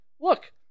look